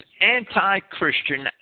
anti-Christian